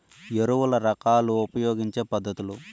ఎరువుల రకాలు ఉపయోగించే పద్ధతులు?